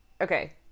Okay